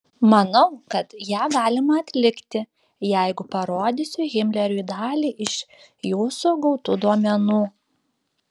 manau kad ją galima atlikti jeigu parodysiu himleriui dalį iš jūsų gautų duomenų